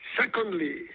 Secondly